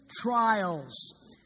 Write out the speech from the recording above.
trials